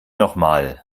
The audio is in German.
nochmal